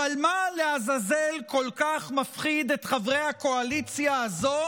אבל מה לעזאזל כל כך מפחיד את חברי הקואליציה הזו